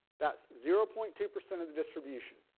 that's zero point two percent of the distribution.